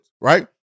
right